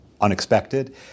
Unexpected